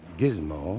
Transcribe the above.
gizmo